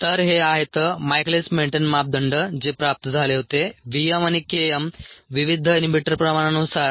तर हे आहेत मायकेलिस मेन्टेन मापदंड जे प्राप्त झाले होते vm आणि K m विविध इनहिबिटर प्रमाणानुसार